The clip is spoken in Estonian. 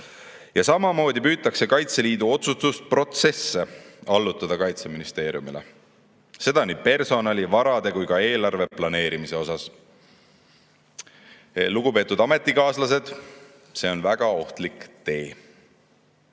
ära. Samamoodi püütakse Kaitseliidu otsustusprotsesse allutada Kaitseministeeriumile, seda nii personali, varade kui ka eelarve planeerimise puhul. Lugupeetud ametikaaslased! See on väga ohtlik tee.